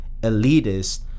elitist